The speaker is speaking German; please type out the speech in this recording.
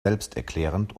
selbsterklärend